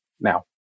now